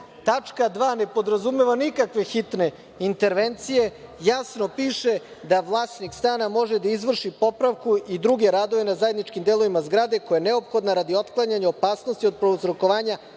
Tačka 2) ne podrazumeva nikakve hitne intervencije, jasno piše da vlasnik stana može da izvrši popravku i druge radove na zajedničkim delovima zgrade, koja je neophodna radi otklanjanja opasnosti od prouzrokovanja